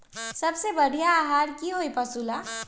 सबसे बढ़िया आहार का होई पशु ला?